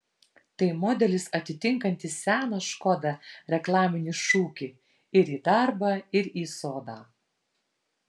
tai modelis atitinkantis seną škoda reklaminį šūkį ir į darbą ir į sodą